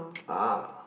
ah